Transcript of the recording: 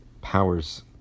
powers